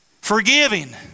Forgiving